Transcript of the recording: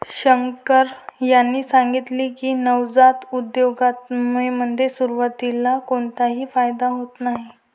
शंकर यांनी सांगितले की, नवजात उद्योजकतेमध्ये सुरुवातीला कोणताही फायदा होत नाही